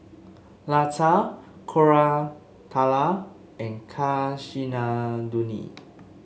Lata Koratala and Kasinadhuni